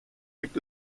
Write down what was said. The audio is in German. liegt